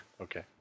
Okay